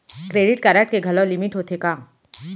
Credit card के घलव limit होथे का?